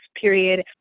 period